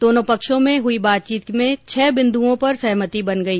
दोनों पक्षों में हुई बातचीत में छह बिन्दुओं पर सहमति बन गई